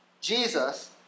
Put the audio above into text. Jesus